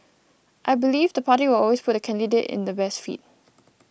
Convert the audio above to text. I believe the party will always put the candidate in the best fit